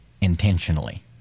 intentionally